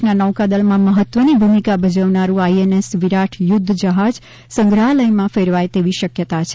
દેશના નૌકાદળમાં મહત્વની ભૂમિકા ભજવનારૂં આઈએનએસ વિરાટ યુદ્ધ જહાજ સંગ્રહાલયમાં ફેરવાય તેવી શક્યતા છે